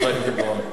חבר הכנסת בר-און.